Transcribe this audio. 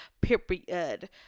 period